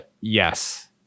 yes